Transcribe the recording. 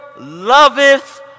loveth